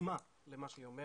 בעוצמה למה שהיא אומרת.